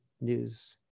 news